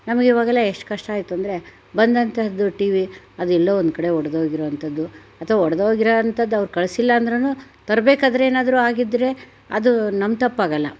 ನಮ್ಗೆ ಈವಾಗ ಎಷ್ಟು ಕಷ್ಟ ಆಯಿತು ಅಂದರೆ ಬಂದಂತಹದ್ದು ಟಿ ವಿ ಅದೆಲ್ಲೋ ಒಂದು ಕಡೆ ಒಡ್ದೋಗಿರೋ ಅಂಥದ್ದು ಅಥವಾ ಒಡ್ದೋಗಿರೋ ಅಂಥದ್ದು ಅವ್ರು ಕಳಿಸಿಲ್ಲ ಅಂದ್ರೂ ತರಬೇಕಾದ್ರೆ ಏನಾದರೂ ಆಗಿದ್ದರೆ ಅದು ನಮ್ಮ ತಪ್ಪಾಗಲ್ಲ